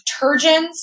detergents